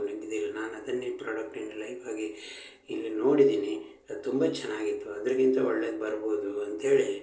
ಇದಿಲ್ಲ ನಾನು ಅದನ್ನೇ ಪ್ರಾಡಕ್ಟ್ ಇನ್ ಲೈವ್ ಆಗಿ ಇಲ್ಲಿ ನೋಡಿದೀನಿ ಅದು ತುಂಬ ಚೆನ್ನಾಗಿತ್ತು ಅದ್ಕಿಂತ ಒಳ್ಳೇದು ಬರ್ಬೋದು ಅಂತ ಹೇಳಿ